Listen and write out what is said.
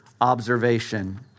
observation